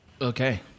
Okay